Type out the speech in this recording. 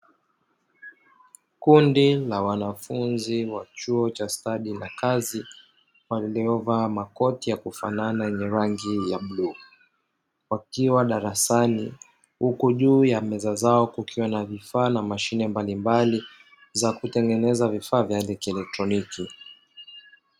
Kundi la wanafunzi wa chuo cha stadi za kazi, waliovaa makoti ya kufanana yenye rangi ya bluu, wakiwa darasani huku juu ya meza zao kukiwa na vifaa na mashine mbalimbali, za kutengeneza vifaa vya kielektroniki.